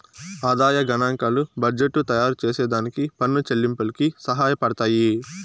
ఆదాయ గనాంకాలు బడ్జెట్టు తయారుచేసే దానికి పన్ను చెల్లింపులకి సహాయపడతయ్యి